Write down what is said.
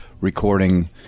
recording